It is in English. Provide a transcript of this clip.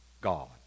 God